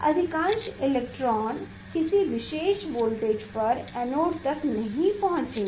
अधिकांश इलेक्ट्रॉन किसी विशेष वोल्टेज पर एनोड तक नहीं पहुंचेंगे